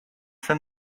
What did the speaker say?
for